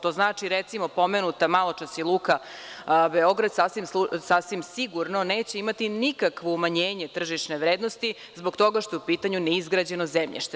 To znači, recimo, maločas pomenuta Luka Beograd sasvim sigurno neće imati nikakvo umanjenje tržišne vrednosti zbog toga što je u pitanju neizgrađeno zemljište.